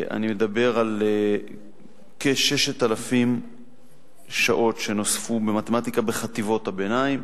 אני מדבר על כ-6,000 שעות שנוספו במתמטיקה בחטיבות הביניים.